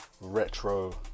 retro